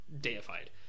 deified